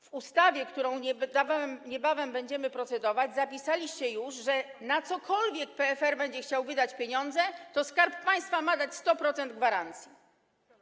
W ustawie, nad którą niebawem będziemy procedować, zapisaliście już, że na cokolwiek PFR będzie chciał wydać pieniądze, to Skarb Państwa ma dać 100% gwarancji.